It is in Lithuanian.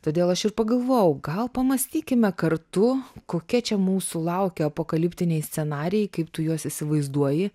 todėl aš ir pagalvojau gal pamąstykime kartu kokie čia mūsų laukia apokaliptiniai scenarijai kaip tu juos įsivaizduoji